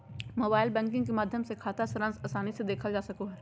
mobile banking के माध्यम से खाता सारांश आसानी से देखल जा सको हय